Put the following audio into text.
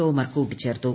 തോമർ കൂട്ടിച്ചേർത്തു